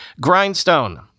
Grindstone